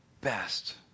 best